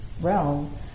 realm